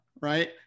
right